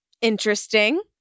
Interesting